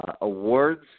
awards